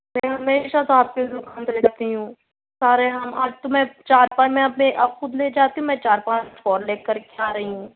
میں ہمیشہ سے آپ کے دُکان سے لے جاتی ہوں سارے آج تو میں چار پانچ میں اپنے آپ خود لے جاتی ہوں میں چار پانچ اور لے کر کے آ رہی ہوں